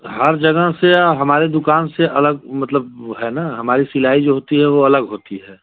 हर जगह से हमारे दुकान से अलग मतलब है न हमारी सिलाई जो होती है वह अलग होती है